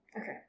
Okay